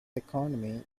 economy